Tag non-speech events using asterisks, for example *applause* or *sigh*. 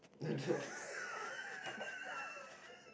*laughs*